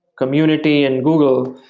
community and google,